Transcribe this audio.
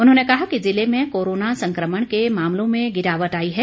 उन्होंने कहा कि जिले में कोरोना संकमण के मामलों में गिरावट आई है